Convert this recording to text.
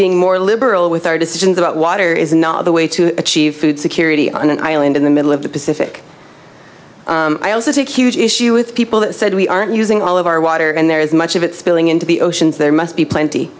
being more liberal with our decisions about water is not the way to achieve food security on an island in the middle of the pacific i also take huge issue with people that said we aren't using all of our water and there is much of it spilling into the oceans there must be plenty